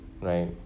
right